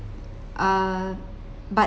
err but